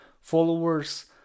followers